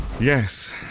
Yes